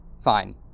Fine